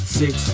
six